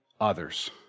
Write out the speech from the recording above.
others